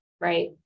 right